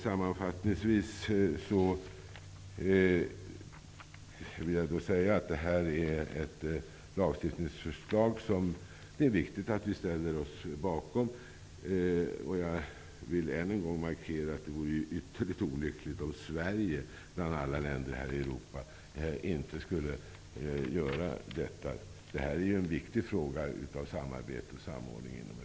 Sammanfattningsvis vill jag säga att det här är ett lagförslag som det är viktigt att vi ställer oss bakom. Jag vill än en gång markera att det vore ytterligt olyckligt om Sverige bland alla länder i Europa inte skulle stifta denna lag. Det här är en viktig fråga av samarbete och samordning i Europa.